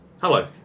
Hello